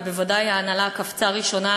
ובוודאי ההנהלה קפצה ראשונה,